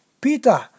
Peter